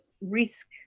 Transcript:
risk